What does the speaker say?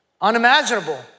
unimaginable